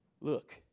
Look